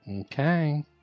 Okay